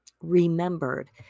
remembered